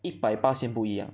一百巴仙不一样